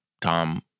Tom